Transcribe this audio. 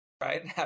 right